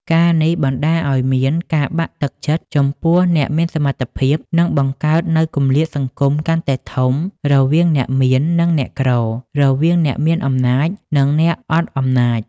ការណ៍នេះបណ្តាលឲ្យមានការបាក់ទឹកចិត្តចំពោះអ្នកមានសមត្ថភាព និងបង្កើតនូវគម្លាតសង្គមកាន់តែធំ រវាងអ្នកមាន និងអ្នកក្រ រវាងអ្នកមានអំណាច និងអ្នកអត់អំណាច។